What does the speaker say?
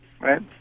Right